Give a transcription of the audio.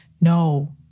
No